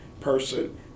person